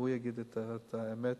שהוא יגיד את האמת,